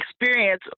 experience